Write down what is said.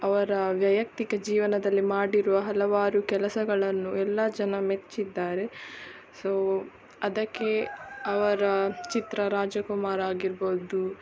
ಅವರ ವೈಯಕ್ತಿಕ ಜೀವನದಲ್ಲಿ ಮಾಡಿರುವ ಹಲವಾರು ಕೆಲಸಗಳನ್ನು ಎಲ್ಲ ಜನ ಮೆಚ್ಚಿದ್ದಾರೆ ಸೊ ಅದಕ್ಕೆ ಅವರ ಚಿತ್ರ ರಾಜಕುಮಾರ ಆಗಿರ್ಬೋದು